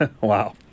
Wow